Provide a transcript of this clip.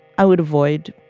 i would avoid,